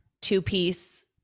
two-piece